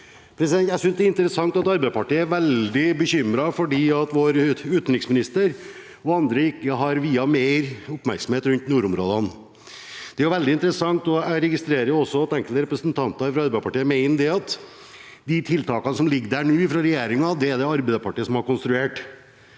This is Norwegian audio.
Jeg synes det er interessant at Arbeiderpartiet er veldig bekymret fordi vår utenriksminister og andre ikke har viet mer oppmerksomhet til nordområdene. Det er jo veldig interessant, og jeg registrerer også at enkelte representanter fra Arbeiderpartiet mener at de tiltakene som ligger der nå, fra regjeringen, det er det Arbeiderpartiet som har konstruert.